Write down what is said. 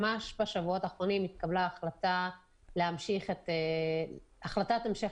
ממש בשבועות האחרונים התקבלה החלטה להמשיך את החלטת ההמשך